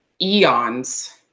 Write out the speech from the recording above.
eons